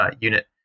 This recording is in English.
unit